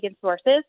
sources